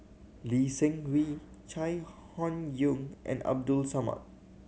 Lee Seng Wee Chai Hon Yoong and Abdul Samad